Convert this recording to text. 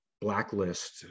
blacklist